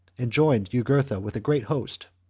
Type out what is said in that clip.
and joined jugurtha with a great host.